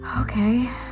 Okay